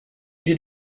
did